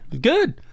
Good